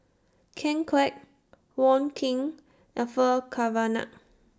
Ken Kwek Wong Keen Orfeur Cavenagh